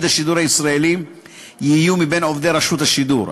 השידור הישראלי יהיו מבין עובדי רשות השידור.